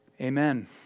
Amen